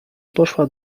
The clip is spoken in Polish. poszła